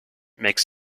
makes